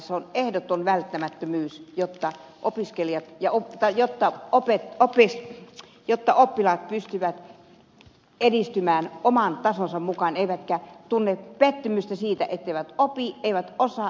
se on ehdoton välttämättömyys jota opiskelijat ja opettajat ja opit vapisi jotta oppilaat pystyvät edistymään oman tasonsa mukaan eivätkä tunne pettymystä siitä etteivät opi eivät osaa eivätkä ymmärrä